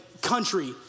country